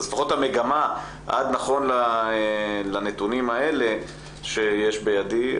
אז לפחות המגמה עד נכון לנתונים האלה שיש בידי,